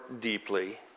deeply